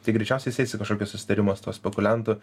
tai greičiausiai jis eis į kažkokį susitarimą su tuo spekuliantu